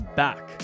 back